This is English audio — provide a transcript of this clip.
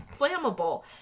flammable